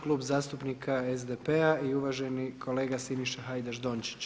Klub zastupnika SDP-a i uvaženi kolega Siniša Hajdaš Dončić.